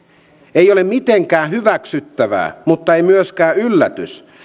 ei ole mitenkään hyväksyttävää mutta ei myöskään yllätys